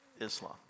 Islam